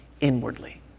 inwardly